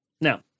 Now